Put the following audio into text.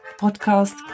podcast